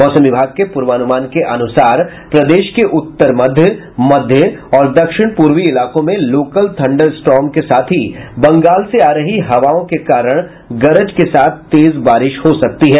मौसम विभाग के पूर्वानुमान के अनुसार प्रदेश के उत्तर मध्य मध्य और दक्षिण पूर्वी इलाकों में लोकल थंडरस्ट्रॉम के साथ ही बंगाल से आ रही हवाओं के कारण गरज के साथ तेज बारिश हो सकती है